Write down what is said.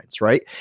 Right